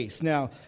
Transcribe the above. Now